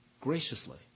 graciously